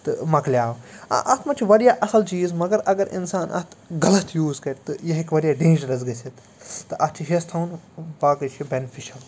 تہٕ مَکلیو آ اَتھ منٛز چھُ واریاہ اَصٕل چیٖز مگر اَگر اِنسان اَتھ غلط یوٗز کَرِ تہٕ یہِ ہٮ۪کہِ واریاہ ڈینٛجرَس گٔژھِتھ تہٕ اَتھ چھِ ہٮ۪س تھاوُن باقٕے چھِ یہِ بٮ۪نِفِشَل